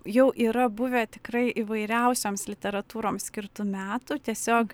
jau yra buvę tikrai įvairiausioms literatūroms skirtų metų tiesiog